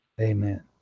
Amen